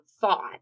thought